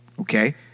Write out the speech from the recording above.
Okay